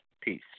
Peace